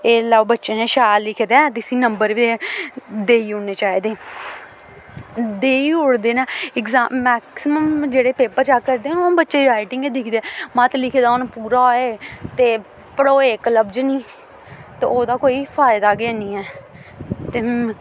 ते एह् लैओ बच्चे ने शैल लिखे दा ऐ ते इस्सी नंबर बी देई ओड़ने चाहिदे देई ओड़दे न एग्जैम मैक्सीमम जेह्ड़े पेपर चैक्क करदे न ओह् ते बच्चें दी राइटिंग गै दिखदे मत लिखे दा उ'न्न पूरा होऐ पर पढ़ोऐ इक लफ्ज निं ते ओह्दा कोई फायदा गै हैन्नी ऐ ते